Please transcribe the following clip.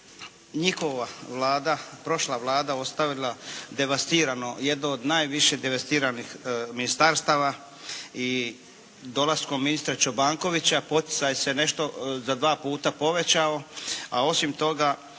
njihova Vlada, prošla Vlada ostavila devastirano, jedno od najviše devastiranih ministarstava i dolaskom ministra Čobankovića poticaj se nešto za dva puta povećao. A osim toga,